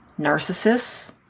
narcissists